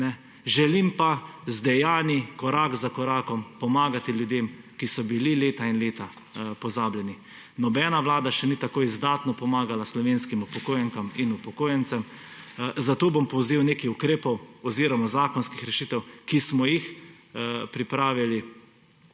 Želim pa z dejanji, korak za korakom pomagati ljudem, ki so bili leta in leta pozabljeni. Nobena vlada še ni tako izdatno pomagala slovenskim upokojenkam in upokojencem, zato bom povzel nekaj ukrepov oziroma zakonskih rešitev, ki smo jih pripravili